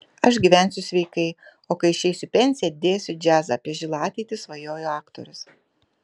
aš gyvensiu sveikai o kai išeisiu į pensiją dėsiu džiazą apie žilą ateitį svajojo aktorius